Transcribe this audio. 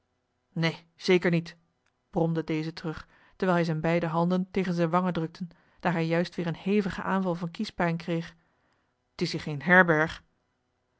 neen zeker niet bromde deze terug terwijl hij zijne beide handen tegen zijne wangen drukte daar hij juist weer een hevigen aanval van kiespijn kreeg t is hier geen herberg